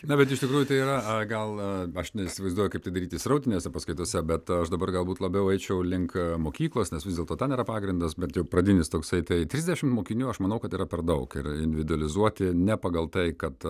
na bet iš tikrųjų tai yra gal aš neįsivaizduoju kaip tai daryti srautinėse paskaitose bet aš dabar galbūt labiau eičiau link mokyklos nes vis dėlto ten yra pagrindas bent jau pradinis toksai tai trisdešimt mokinių aš manau kad yra per daug ir individualizuoti ne pagal tai kad